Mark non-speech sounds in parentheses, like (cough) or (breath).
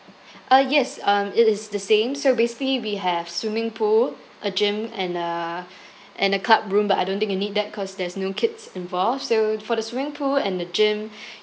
uh yes um it is the same so basically we have swimming pool a gym and a and a club room but I don't think you need that cause there's no kids involved so for the swimming pool and the gym (breath)